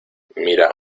mira